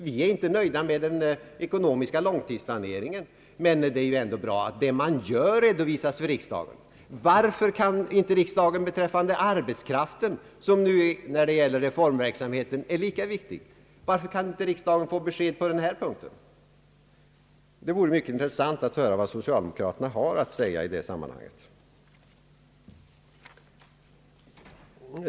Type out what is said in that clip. Vi är inte nöjda med den ekonomiska långtidsplaneringen, men det är ju ändå bra att det man gör redovisas för riksdagen. Varför kan inte riksdagen få besked beträffande arbetskraften, som ju är lika viktig för reformpolitiken? Det vore mycket intressant att få höra vad socialdemokraterna har att säga i det sammanhanget.